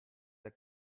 der